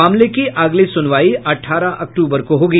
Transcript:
मामले की अगली सुनवाई अठारह अक्टूबर को होगी